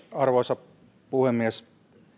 arvoisa puhemies